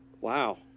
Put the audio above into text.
Wow